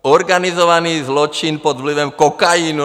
Organizovaný zločin pod vlivem kokainu.